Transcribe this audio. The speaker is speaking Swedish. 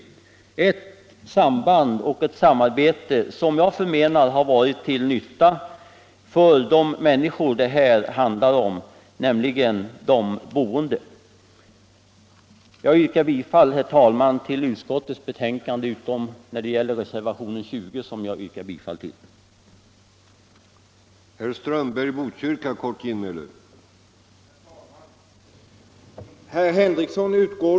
Det är ett samband och ett samarbete som jag förmenar har varit till nytta för de människor det här handlar om, nämligen de boende. Jag yrkar bifall, herr talman, till utskottets hemställan i betänkandet nr 7 utom beträffande punkten 49, där jag yrkar bifall till reservationen 20.